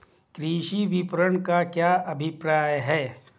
कृषि विपणन का क्या अभिप्राय है?